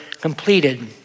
completed